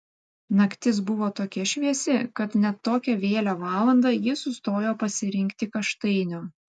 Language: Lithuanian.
naktis buvo tokia šviesi kad net tokią vėlią valandą ji sustojo pasirinkti kaštainių